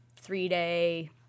three-day